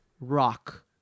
rock